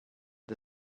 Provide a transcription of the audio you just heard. the